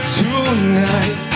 tonight